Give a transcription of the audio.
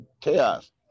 chaos